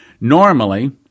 Normally